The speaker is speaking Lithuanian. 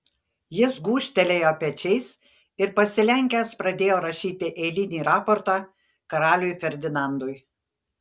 jis gūžtelėjo pečiais ir pasilenkęs pradėjo rašyti eilinį raportą karaliui ferdinandui